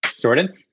Jordan